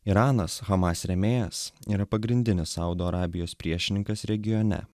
iranas hamas rėmėjas yra pagrindinis saudo arabijos priešininkas regione